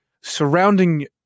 surrounding